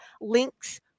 links